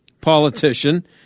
politician